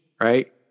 right